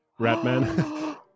Ratman